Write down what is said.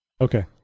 Okay